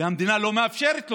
והמדינה לא מאפשרת לו,